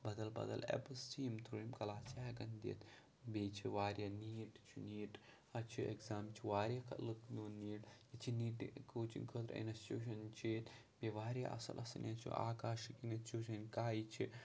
بدل بدل ایپٕس چھِ ییٚمہِ تھرٛوٗ یِم کٕلاس چھِ ہٮ۪کان دِتھ بیٚیہِ چھِ واریاہ نیٖٹ چھُ نیٖٹ پَتہٕ چھُ اٮ۪کزام چھُ واریاہ لُکھ دِوان نیٖٹ ییٚتہِ چھِ نیٖٹہٕ کوچِنٛگ خٲطرٕ اِنَسٹیوٗشَن چھِ ییٚتہِ بیٚیہِ واریاہ اَصٕل اَصٕل ییٚتہِ چھُ آکاش چھُ کَے چھِ